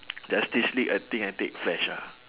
justice league I think I take flash ah